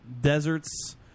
deserts